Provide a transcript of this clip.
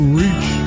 reach